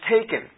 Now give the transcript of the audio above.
taken